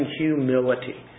humility